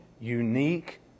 unique